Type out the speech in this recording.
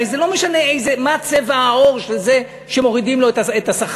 הרי זה לא משנה מה צבע העור של זה שמורידים לו את השכר,